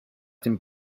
dem